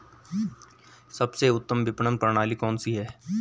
सबसे उत्तम विपणन प्रणाली कौन सी है?